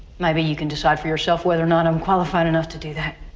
maybe you can decide for yourself whether or not i'm qualified enough to do that.